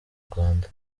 rwanda